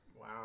Wow